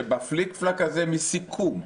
שבפליק פלאק הזה מסיכום,